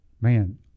Man